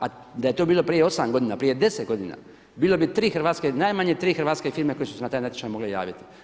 A da je to bilo prije 8 godina, prije 10 godina bilo bi tri Hrvatske, najmanje tri hrvatske firme koje su se na taj natječaj mogle javiti.